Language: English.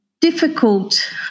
difficult